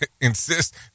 insist